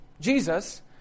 Jesus